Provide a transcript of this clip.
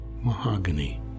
mahogany